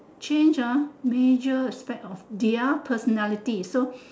change ah major aspect of their personality so